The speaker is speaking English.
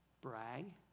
brag